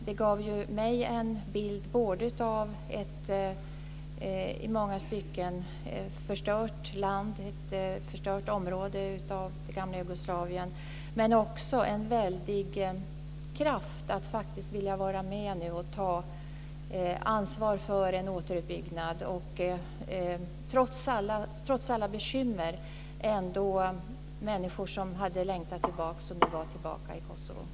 Det gav mig både en bild av ett i många stycken förstört land, ett förstört område i det gamla Jugoslavien men också en väldig kraft att vilja vara med och ta ansvar för en återuppbyggnad. Trots alla bekymmer var ändå människor som hade längtat tillbaka nu tillbaka i Kosovo.